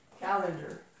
Calendar